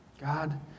God